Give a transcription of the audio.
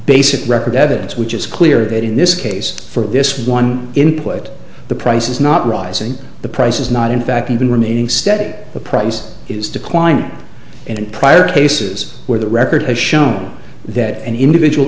basic record evidence which it's clear that in this case for this one input the price is not rising the price is not in fact even remaining steady at a price is declining and prior cases where the record has shown that an individual